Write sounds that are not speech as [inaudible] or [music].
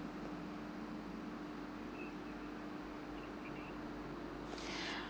[breath]